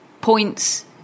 points